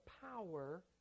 power